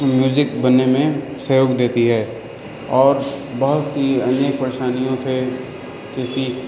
music بننے میں سہیوگ دیتی ہے اور بہت سی انیک پریشانیوں سے کیونکہ